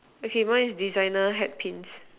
okay mine is designer hat Pins